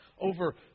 over